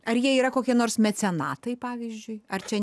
ar jie yra kokie nors mecenatai pavyzdžiui ar čia